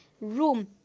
room